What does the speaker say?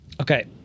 Okay